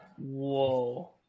Whoa